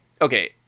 okay